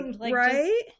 Right